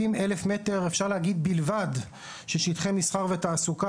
70,000 מטרים אפשר להגיד בלבד - של שטחי מסחר ותעסוקה.